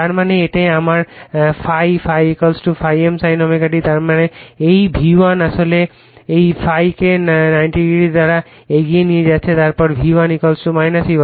তার মানে এটা আমার ∅∅∅ m sin ω t তার মানে এই V1 আসলে এই ∅ কে 90o দ্বারা এগিয়ে নিয়ে যাচ্ছে তারপর V1 E1